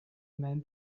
men